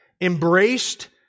embraced